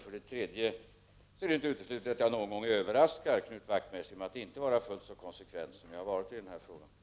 Vidare är det inte uteslutet att jag någon gång överraskar Knut Wachtmeister med att inte vara fullt så konsekvent som jag har varit när det gäller den här frågan.